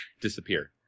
disappear